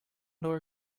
door